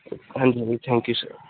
ਹਾਂਜੀ ਹਾਂਜੀ thank you sir